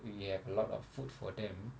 we have a lot of food for them